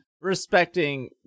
respecting